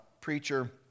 preacher